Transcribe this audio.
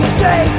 say